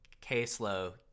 K-Slow